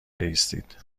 بایستید